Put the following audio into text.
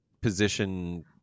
position